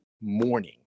morning